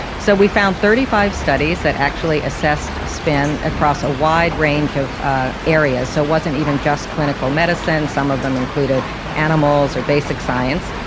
so we found thirty five studies that actually assessed spin across a wide range of ah areas. so it wasn't even just clinical medicine, some of them included animals or basic science.